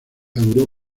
donde